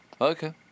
okay